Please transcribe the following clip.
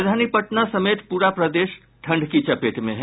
राजधानी पटना समेत पूरा प्रदेश ठंड की चपेट में है